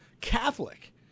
Catholic